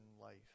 life